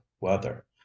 weather